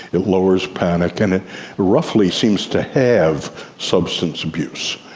it lowers panic, and it roughly seems to halve substance abuse.